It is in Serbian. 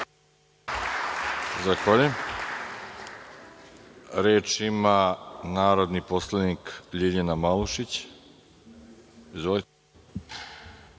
Zahvaljujem. Reč ima narodni poslanik Ljiljana Malušić. Izvolite.